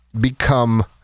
become